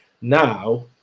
now